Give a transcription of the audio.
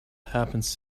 happens